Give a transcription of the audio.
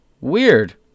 weird